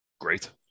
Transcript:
great